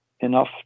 enough